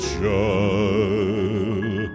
child